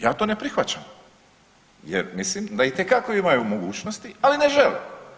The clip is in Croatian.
Ja to ne prihvaćam jer mislim da itekako imaju mogućnosti, ali ne žele.